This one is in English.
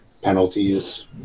penalties